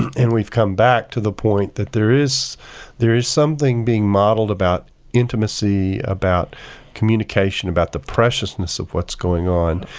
and we've come back to the point that there is there is something being modeled about intimacy, about communication, about the preciousness of what's going on.